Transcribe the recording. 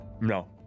No